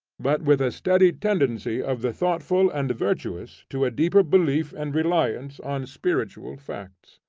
but with a steady tendency of the thoughtful and virtuous to a deeper belief and reliance on spiritual facts.